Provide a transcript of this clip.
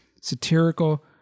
satirical